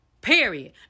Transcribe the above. Period